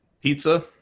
Pizza